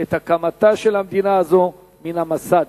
את הקמתה של המדינה הזאת מן המסד,